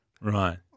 Right